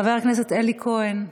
חבר הכנסת אלי כהן,